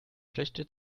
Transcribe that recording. schlechte